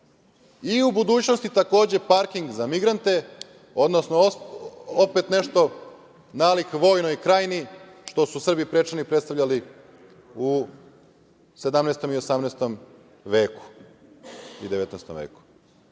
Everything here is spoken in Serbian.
i u budućnosti takođe parking za migrante, odnosno opet nešto nalik vojnoj krajini što su Srbi Prečani predstavljali u 17. i 18. i 19. veku.